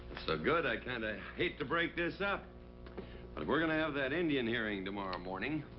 so good, i kind of hate to break this up, but we're going to have that indian hearing tomorrow morning.